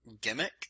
Gimmick